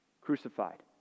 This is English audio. crucified